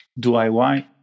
DIY